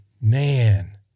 man